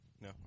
No